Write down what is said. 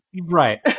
Right